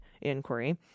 inquiry